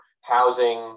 housing